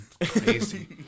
Crazy